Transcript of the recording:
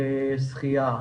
לשחייה,